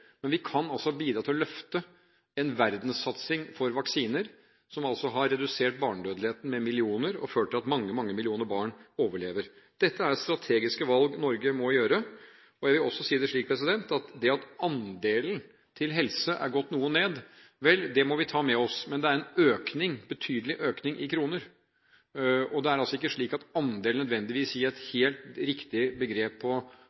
men vi kan bidra til å løfte en verdenssatsing for vaksiner som har redusert barnedødeligheten med millioner og ført til at mange, mange millioner barn overlever. Dette er strategiske valg som Norge må gjøre. Jeg vil også si det slik at det at andelen til helse har gått noe ned, må vi ta med oss. Men det er en betydelig økning i kroner, og det er ikke slik at andel nødvendigvis gir et